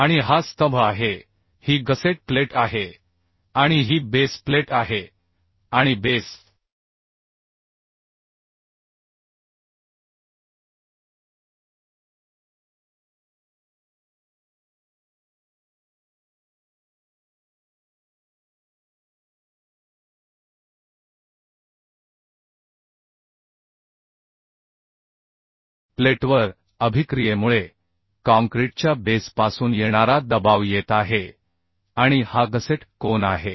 आणि हा स्तंभ आहे ही गसेट प्लेट आहे आणि ही बेस प्लेट आहे आणि बेस प्लेटवर अभिक्रियेमुळे काँक्रीटच्या बेस पासून येणारा दबाव येत आहे आणि हा गसेट कोन आहे